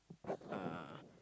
uh